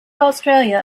australia